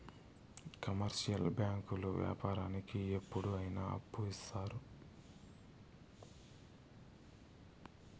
commercial బ్యాంకులు వ్యాపారానికి ఎప్పుడు అయిన అప్పులు ఇత్తారు